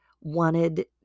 wanted